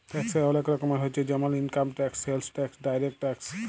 ট্যাক্সের ওলেক রকমের হচ্যে জেমল income tax, sales tax, direct tax